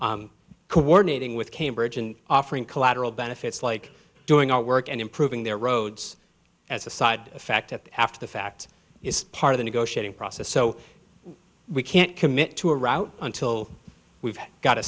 coordinating with cambridge and offering collateral benefits like doing our work and improving their roads as a side effect after the fact is part of the negotiating process so we can't commit to a route until we've got a